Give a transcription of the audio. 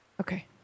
Okay